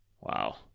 Wow